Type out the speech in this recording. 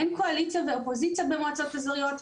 אין קואליציה ואופוזיציה במועצות אזוריות.